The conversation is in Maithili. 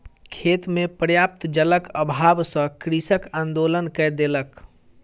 खेत मे पर्याप्त जलक अभाव सॅ कृषक आंदोलन कय देलक